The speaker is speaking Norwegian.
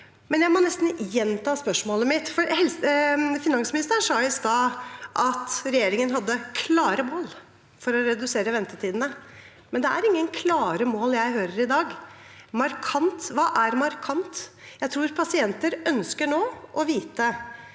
jeg må nesten gjenta spørsmålet mitt, for finansministeren sa i stad at regjeringen hadde klare mål for å redusere ventetidene, men det er ingen klare mål jeg hører i dag. Markant – hva er markant? Jeg tror pasienter nå ønsker å vite,